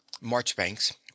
Marchbanks